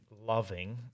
loving